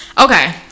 Okay